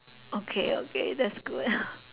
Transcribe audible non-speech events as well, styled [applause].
okay okay that's good [breath]